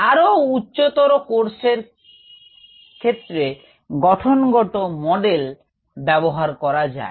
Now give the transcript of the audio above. আরও উচ্চতর কোর্স এর ক্ষেত্রে গঠনগত মডেল ব্যবহার করা যায়